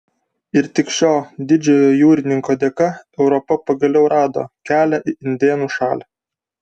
ir tik šio didžiojo jūrininko dėka europa pagaliau rado kelią į indėnų šalį